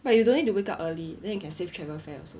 but you don't need to wake up early then you can save travel fare also